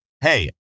Hey